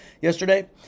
yesterday